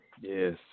Yes